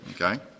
okay